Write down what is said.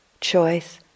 choice